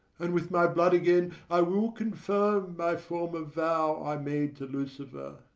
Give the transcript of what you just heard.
and with my blood again i will confirm my former vow i made to lucifer.